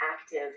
active